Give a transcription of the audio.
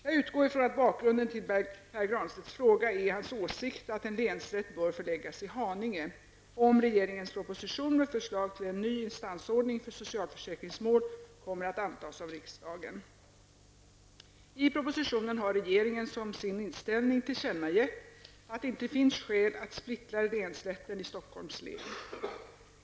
Jag utgår från att bakgrunden till Pär Granstedts fråga är hans åsikt att en länsrätt bör förläggas i 1990/91:80) med förslag till en ny instansordning för socialförsäkringsmål kommer att antas av riksdagen. I propositionen har regeringen som sin inställning tillkännagett att det inte finns skäl att splittra länsrätten i Stockholms län.